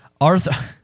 Arthur